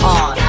on